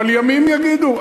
אבל ימים יגידו.